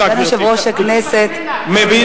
סגן יושב-ראש הכנסת לא,